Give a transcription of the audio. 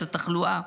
את התחלואה.